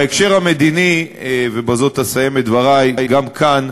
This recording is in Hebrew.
בהקשר המדיני, ובזה אסיים את דברי, גם כאן,